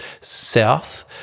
south